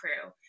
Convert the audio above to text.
crew